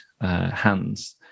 hands